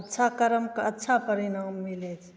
अच्छा करमके अच्छा परिणाम मिलैत छै